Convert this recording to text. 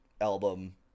album